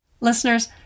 Listeners